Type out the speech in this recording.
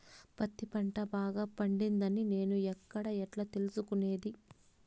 పత్తి పంట బాగా పండిందని నేను ఎక్కడ, ఎట్లా తెలుసుకునేది?